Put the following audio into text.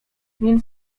więc